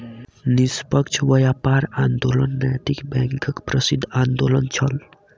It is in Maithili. निष्पक्ष व्यापार आंदोलन नैतिक बैंकक प्रसिद्ध आंदोलन छल